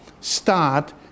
start